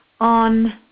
on